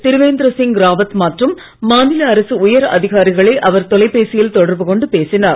திருவேந்திர சிங் ராவத் மற்றும் மாநில அரசு உயர் அதிகாரிகளை அவர் தொலைபேசியில் தொடர்பு கொண்டு பேசினார்